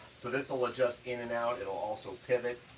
so this will adjust in and out, it'll also pivot,